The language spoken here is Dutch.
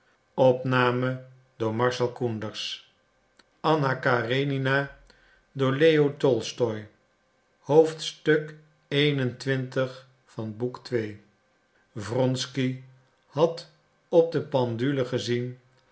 wronsky had op de pendule gezien